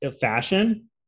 fashion